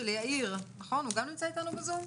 יאיר, הוא גם נמצא איתנו בזום?